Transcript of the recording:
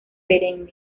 perenne